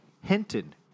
Hinton